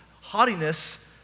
haughtiness